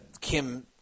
Kim